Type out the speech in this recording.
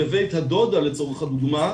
בבית הדודה לדוגמה,